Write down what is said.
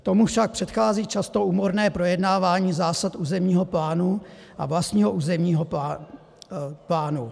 Tomu však předchází často úmorné projednávání zásad územního plánu a vlastního územního plánu.